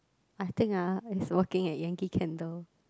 I think ah it's working at Yankee-Candle